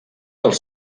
els